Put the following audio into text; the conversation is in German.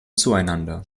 zueinander